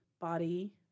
body